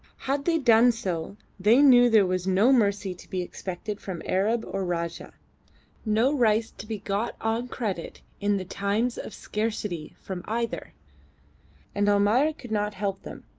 had they done so they knew there was no mercy to be expected from arab or rajah no rice to be got on credit in the times of scarcity from either and almayer could not help them,